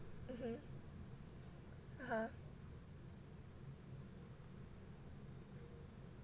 mmhmm